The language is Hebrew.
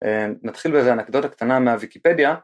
אמ, נתחיל באיזה אנקדוטה קטנה, מהוויקיפדיה.